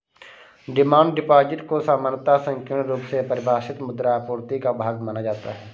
demand deposit को सामान्यतः संकीर्ण रुप से परिभाषित मुद्रा आपूर्ति का भाग माना जाता है